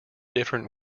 different